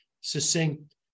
succinct